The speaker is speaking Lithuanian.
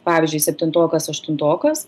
pavyzdžiui septintokas aštuntokas